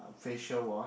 facial wash